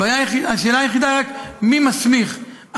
השאלה היחידה היא מי מסמיך.